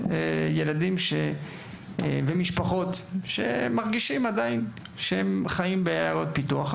ילדים ומשפחות שמרגישים עדיין שהם חיים בעיירות פיתוח.